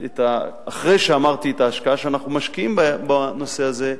אחרי שאמרתי את ההשקעה שאנחנו משקיעים בנושא הזה,